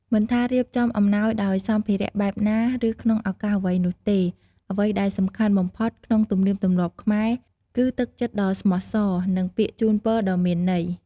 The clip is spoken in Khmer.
មិនថារៀបចំអំណោយដោយសម្ភារៈបែបណា ឬក្នុងឱកាសអ្វីនោះទេ អ្វីដែលសំខាន់បំផុតក្នុងទំនៀមទម្លាប់ខ្មែរ គឺ ទឹកចិត្តដ៏ស្មោះសរ និង ពាក្យជូនពរដ៏មានន័យ។